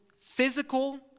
physical